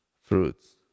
fruits